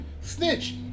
Snitch